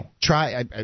try